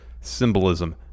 symbolism